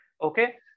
Okay